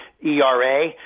ERA